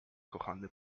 kochany